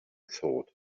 thought